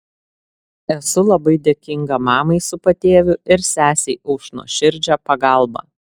esu labai dėkinga mamai su patėviu ir sesei už nuoširdžią pagalbą